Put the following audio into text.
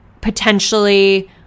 potentially